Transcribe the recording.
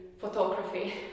photography